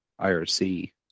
IRC